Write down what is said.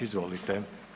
Izvolite.